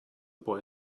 boy